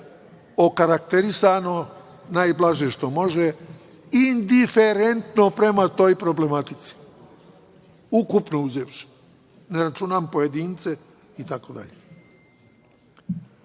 okarakterisano, najblaže što može, indiferentno prema toj problematici ukupno uzevši, ne računam pojedince itd. Mislim